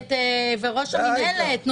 ואת ראש המינהלת.